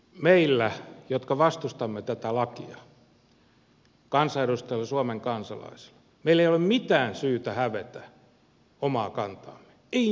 meillä jotka vastustamme tätä lakia kansanedustajilla suomen kansalaisilla ei ole mitään syytä hävetä omaa kantaamme ei mitään syytä